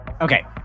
Okay